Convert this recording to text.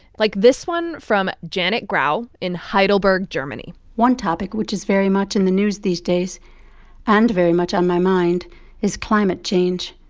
like this one from janet graul in heidelberg, germany one topic which is very much in the news these days and very much on my mind is climate change.